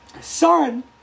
son